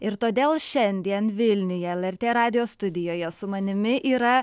ir todėl šiandien vilniuje lrt radijo studijoje su manimi yra